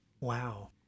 Wow